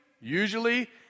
usually